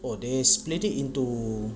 oh they split it into